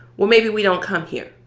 well, maybe we don't come here.